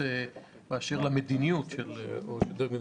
באשר למדיניות.